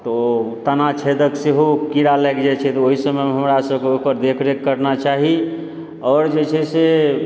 तऽ ओ तना छेदके सेहो कीड़ा लागि जाइत छै तऽ ओही समयमे हमरा सबकेँओकर देख रेख करना चाही आओर जे छै से